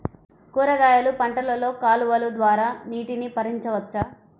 కూరగాయలు పంటలలో కాలువలు ద్వారా నీటిని పరించవచ్చా?